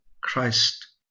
Christ